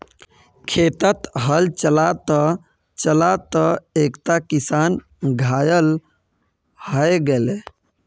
खेतत हल चला त चला त एकता किसान घायल हय गेले